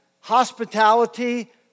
hospitality